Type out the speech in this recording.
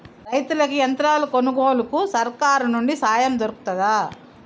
రైతులకి యంత్రాలు కొనుగోలుకు సర్కారు నుండి సాయం దొరుకుతదా?